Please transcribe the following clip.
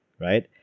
right